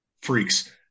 freaks